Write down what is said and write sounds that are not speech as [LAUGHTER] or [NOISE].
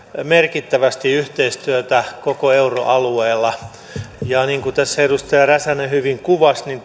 merkittävästi yhteistyötä koko euroalueella ja niin kuin tässä edustaja räsänen hyvin kuvasi niin [UNINTELLIGIBLE]